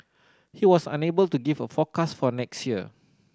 he was unable to give a forecast for next year